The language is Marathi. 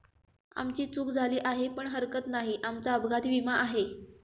आमची चूक झाली आहे पण हरकत नाही, आमचा अपघाती विमा आहे